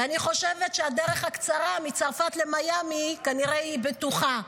ואני חושבת שהדרך הקצרה מצרפת למיאמי כנראה היא בטוחה.